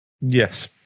Yes